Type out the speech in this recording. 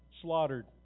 slaughtered